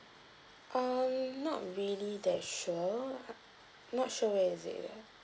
um not really that sure not sure where is it at